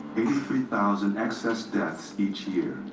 eighty three thousand excess deaths each year.